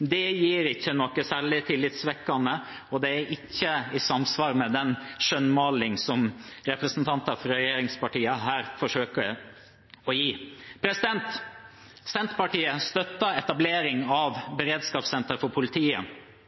Det er ikke noe særlig tillitvekkende, og det er ikke i samsvar med den skjønnmalingen som representanter fra regjeringspartiene her forsøker å gjøre. Senterpartiet støtter etablering av beredskapssenter for politiet.